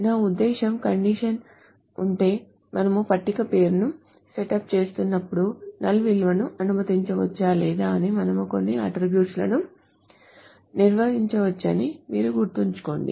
నా ఉద్దేశ్యం కండిషన్ ఉంటే మనము పట్టిక పేరును సెటప్ చేస్తున్నప్పుడు null విలువలను అనుమతించవచ్చా లేదా అని మనము కొన్ని అట్ట్రిబ్యూట్ లను నిర్వచించవచ్చని మీరు గుర్తుంచుకోండి